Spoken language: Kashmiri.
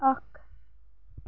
اَکھ